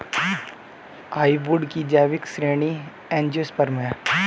hardwood की जैविक श्रेणी एंजियोस्पर्म है